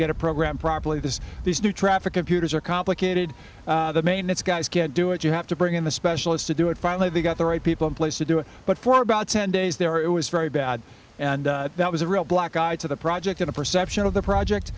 get a program properly this these new traffic computers are complicated the maintenance guys can't do it you have to bring in a specialist to do it finally they got the right people in place to do it but for about ten days there it was very bad and that was a real black eye to the project in the perception of the project